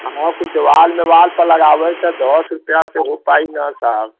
हमहो कुछ दीवाल उवाल पर लगावे के है दस रुपया से हो पाई ना साहब